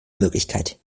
möglichkeit